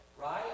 Right